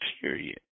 period